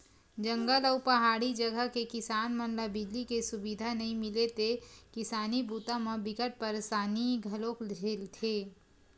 जंगल अउ पहाड़ी जघा के किसान मन ल बिजली के सुबिधा नइ मिले ले किसानी बूता म बिकट परसानी घलोक झेलथे